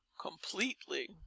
COMPLETELY